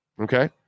Okay